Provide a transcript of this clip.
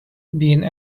being